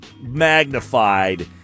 magnified